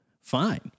fine